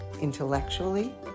intellectually